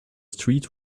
street